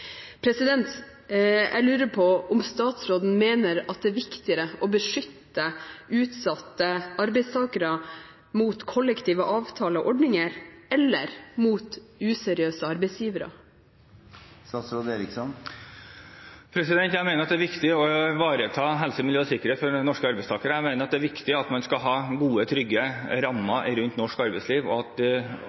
Jeg lurer på om statsråden mener at det er viktigere å beskytte utsatte arbeidstakere mot kollektive avtaler og ordninger enn mot useriøse arbeidsgivere. Jeg mener at det er viktig å ivareta helse-, miljø- og sikkerhet for norske arbeidstakere. Jeg mener at det er viktig at man skal ha gode, trygge rammer rundt norsk arbeidsliv, og at